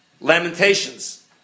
Lamentations